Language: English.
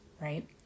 right